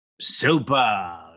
super